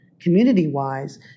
community-wise